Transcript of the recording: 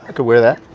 ah could wear that.